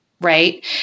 right